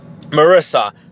Marissa